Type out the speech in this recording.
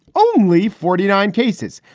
only forty nine cases.